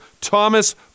Thomas